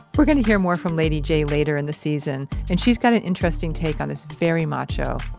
we're gonna hear more from lady jae later in the season, and she's got an interesting take on this very macho,